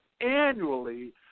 annually